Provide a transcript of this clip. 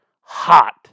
hot